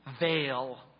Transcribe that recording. veil